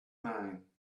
mind